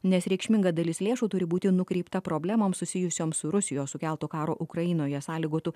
nes reikšminga dalis lėšų turi būti nukreipta problemoms susijusioms su rusijos sukelto karo ukrainoje sąlygotų